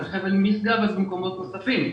בחבל משגב ובמקומות נוספים.